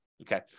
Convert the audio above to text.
Okay